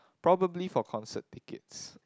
probably for concert tickets